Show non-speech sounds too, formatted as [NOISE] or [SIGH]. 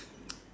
[NOISE]